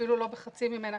אפילו לא בחצי ממנה,